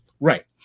Right